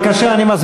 איך אתה מונע?